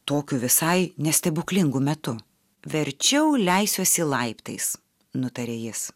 tokiu visai ne stebuklingu metu verčiau leisiuosi laiptais nutarė jis